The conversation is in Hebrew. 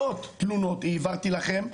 מאוד תלונות העברתי לכם,